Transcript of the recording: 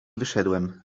wyszedłem